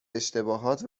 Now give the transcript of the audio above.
اشتباهات